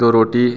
दो रोटी